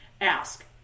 ask